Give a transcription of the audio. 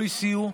או הסיעו,